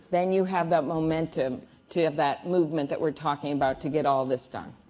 then you have that momentum to have that movement that we're talking about to get all this done.